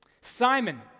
Simon